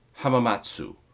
Hamamatsu